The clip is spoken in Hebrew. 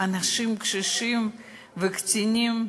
אנשים קשישים וקטינים,